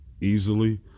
easily